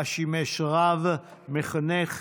ושימש בה רב מחנך.